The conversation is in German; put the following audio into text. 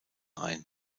ein